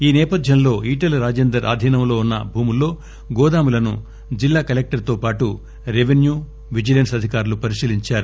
ఈ సేపథ్యంలో ఈటల రాజేందర్ ఆధీనంలో ఉన్న భూముల్లో గోదాంలను జిల్లాకలెక్లర్తో పాటు రెవెన్యూ విజిలెన్స్ అధికారులు పరిశీలించారు